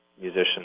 musicians